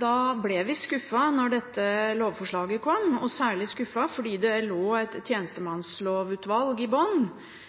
Da ble vi skuffet da dette lovforslaget kom, og særlig skuffet fordi det lå en rapport fra et tjenestemannslovutvalg i bunn